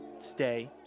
stay